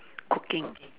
cooking